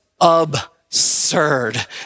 absurd